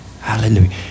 Hallelujah